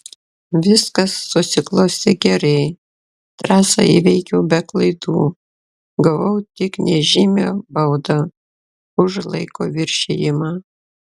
viskas susiklostė gerai trasą įveikiau be klaidų gavau tik nežymią baudą už laiko viršijimą